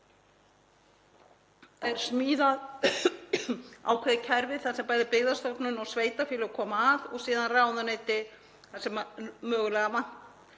er smíðað ákveðið kerfi þar sem bæði Byggðastofnun og sveitarfélög koma að og síðan ráðuneyti þar sem mögulega hefur